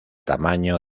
tamaño